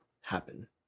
happen